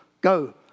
go